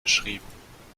beschrieben